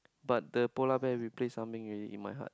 but the polar bear replace Ah-Meng already in my heart